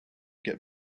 get